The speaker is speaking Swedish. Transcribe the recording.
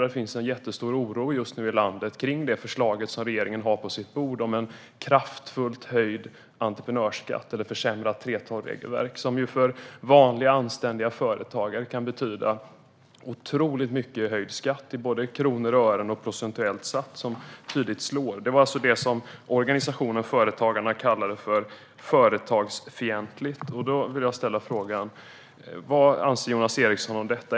Det finns en jättestor oro just nu i landet kring det förslag som regeringen har på sitt bord om en kraftfullt höjd entreprenörsskatt eller ett försämrat 3:12-regelverk som ju för vanliga, anständiga företagare kan betyda otroligt mycket i höjd skatt, både i kronor och ören och procentuellt räknat. Det var alltså det som organisationen Företagarna kallade för företagsfientligt. Då vill jag ställa frågan: Vad anser Jonas Eriksson om detta?